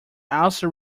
also